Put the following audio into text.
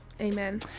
Amen